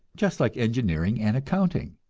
just like engineering and accounting.